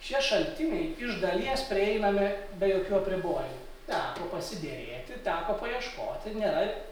šie šaltiniai iš dalies prieinami be jokių apribojimų teko pasiderėti teko paieškoti nėra